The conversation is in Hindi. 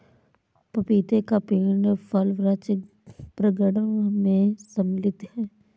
पपीते का पेड़ फल वृक्ष प्रांगण मैं सम्मिलित है